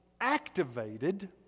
activated